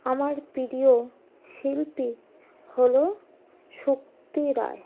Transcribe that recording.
আমার প্রিয় শিল্পী হল শক্তি রায়